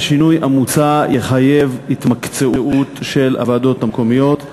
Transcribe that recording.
השינוי המוצע יחייב התמקצעות של הוועדות המקומיות,